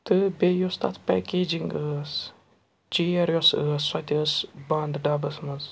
تہٕ بیٚیہِ یۄس تَتھ پیکیجِنٛگ ٲس چِیَر یۄس ٲس سۄ تہِ ٲس بَنٛد ڈَبَس منٛز